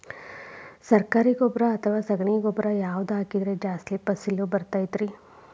ಸರಕಾರಿ ಗೊಬ್ಬರ ಅಥವಾ ಸಗಣಿ ಗೊಬ್ಬರ ಯಾವ್ದು ಹಾಕಿದ್ರ ಜಾಸ್ತಿ ಫಸಲು ಬರತೈತ್ರಿ?